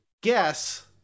guess